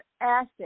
acid